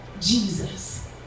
Jesus